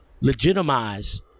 legitimize